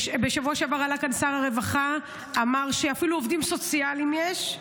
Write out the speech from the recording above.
בשבוע שעבר עלה לכאן שר הרווחה ואמר שאפילו עובדים סוציאליים יש.